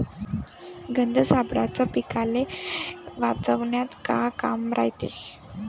गंध सापळ्याचं पीकाले वाचवन्यात का काम रायते?